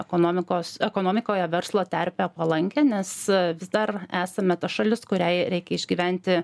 ekonomikos ekonomikoje verslo terpę palankią nes vis dar esame ta šalis kuriai reikia išgyventi